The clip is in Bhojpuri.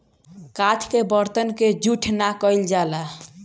काठ के बरतन के जूठ ना कइल जाला